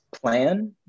Plan